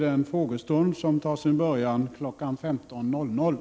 Det är bättre än att nu ge ett ofullständigt svar.